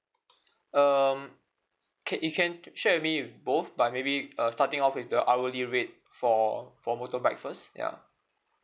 um K you can share with me both but maybe uh starting off with the hourly rate for for motorbike first ya